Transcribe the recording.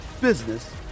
business